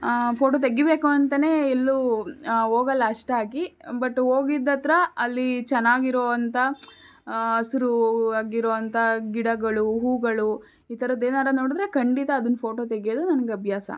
photo ತೆಗಿಬೇಕು ಅಂತನೇ ಎಲ್ಲೂ ಹೋಗಲ್ಲ ಅಷ್ಟಾಗಿ ಬಟ್ ಹೋಗಿದ್ದತ್ರ ಅಲ್ಲಿ ಚೆನ್ನಾಗಿರೋವಂಥ ಹಸ್ರು ಆಗಿರುವಂಥ ಗಿಡಗಳು ಹೂಗಳು ಈ ಥರದ್ದು ಏನಾರು ನೋಡಿದ್ರೆ ಖಂಡಿತ ಅದನ್ನ ಫೋಟೊ ತೆಗೆಯೋದು ನನ್ಗೆ ಅಭ್ಯಾಸ